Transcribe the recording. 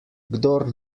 kdor